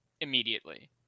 immediately